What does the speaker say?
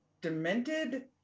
demented